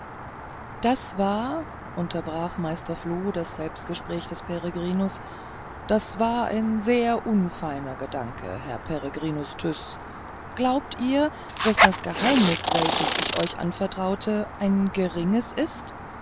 das war unterbrach meister floh das selbstgespräch des peregrinus das war ein sehr unfeiner gedanke herr peregrinus tyß glaubt ihr daß das geheimnis welches ich euch anvertraute ein geringes ist